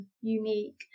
unique